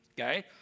okay